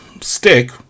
stick